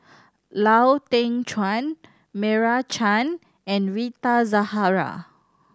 Lau Teng Chuan Meira Chand and Rita Zahara